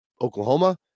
Oklahoma